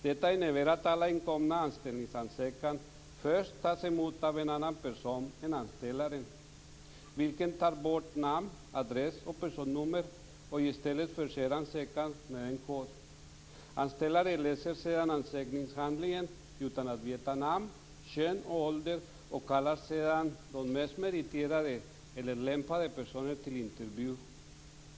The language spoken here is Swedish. Det innebär att alla inkomna anställningsansökningar först tas emot av en person, en anställare, som tar bort namn, adress och personnummer. I stället förser denna person ansökan med en kod. Anställaren läser sedan ansökningshandlingen utan att känna till namn, kön och ålder och kallar därefter de mest meriterade eller lämpade personerna till intervju.